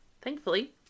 thankfully